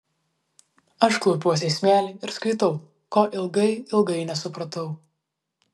aš klaupiuosi į smėlį ir skaitau ko ilgai ilgai nesupratau